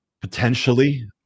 Potentially